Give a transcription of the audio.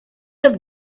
have